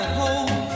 hold